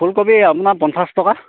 ফুলকবি আপোনাৰ পঞ্চাছ টকা